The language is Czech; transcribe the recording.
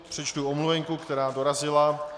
Přečtu omluvenku, která dorazila.